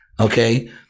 Okay